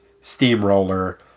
steamroller